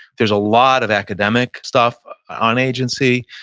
there's a lot of academic stuff on agency,